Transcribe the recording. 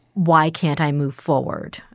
why can't i move forward?